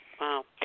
Wow